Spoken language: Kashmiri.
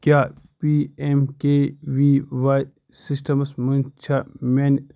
کیٛاہ P M K V Y systems منٛز چھا میٛانہِ